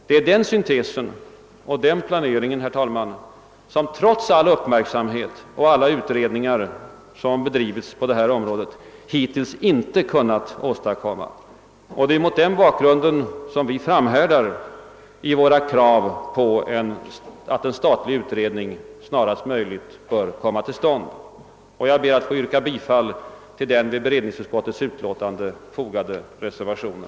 Det är den syntesen och den planeringen, som trots all den uppmärksamhet som ägnats skärgårdens problem och trots alla de utredningar på området som gjorts, hittills inte kunnat åstadkommas. Det är mot den bakgrunden som vi framhärdar i våra krav på att en statlig utredning snarast möjligt skall komma till stånd. Jag ber att få yrka bifall till den vid utskottsutlåtandet fogade reservationen.